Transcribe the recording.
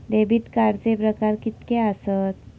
Debit कार्डचे प्रकार कीतके आसत?